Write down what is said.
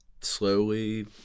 slowly